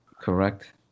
correct